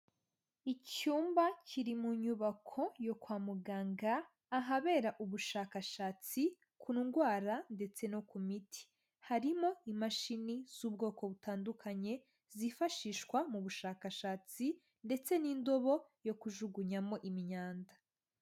Icyumba kiri mu nyubako yo kwa muganga ahabera ubushakashatsi ku ndwara ndetse no ku miti, harimo imashini z'ubwoko butandukanye zifashishwa mu bushakashatsi ndetse n'indobo yo kujugunyamo imyanda.